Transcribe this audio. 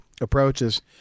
approaches